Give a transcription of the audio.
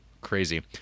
crazy